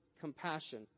compassion